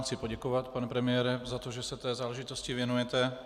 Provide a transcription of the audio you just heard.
Chci vám poděkovat, pane premiére, za to, že se té záležitosti věnujete.